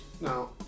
No